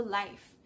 life